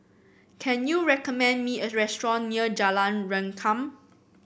can you recommend me a restaurant near Jalan Rengkam